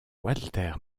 walter